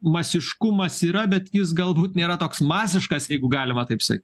masiškumas yra bet jis galbūt nėra toks masiškas jeigu galima taip sa